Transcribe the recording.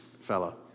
fellow